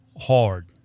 hard